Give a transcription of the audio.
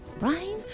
right